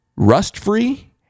Rust-free